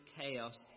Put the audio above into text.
chaos